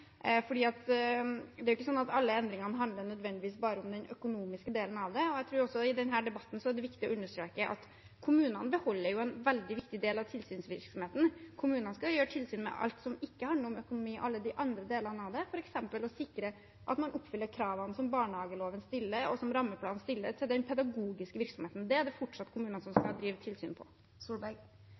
det er ikke sånn at alle endringene nødvendigvis handler bare om den økonomiske delen av dette. Jeg tror også det i denne debatten er viktig å understreke at kommunene beholder en veldig viktig del av tilsynsvirksomheten. Kommunene skal føre tilsyn med alt som ikke handler om økonomi, alle de andre delene av dette, f.eks. å sikre at man oppfyller kravene som barnehageloven og rammeplanen stiller til den pedagogiske virksomheten. Det er det fortsatt kommunene som skal føre tilsyn